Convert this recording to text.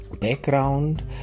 background